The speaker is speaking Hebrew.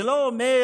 זה לא אומר